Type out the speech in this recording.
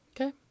Okay